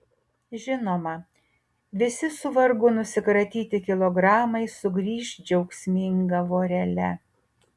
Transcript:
žinoma visi su vargu nusikratyti kilogramai sugrįš džiaugsminga vorele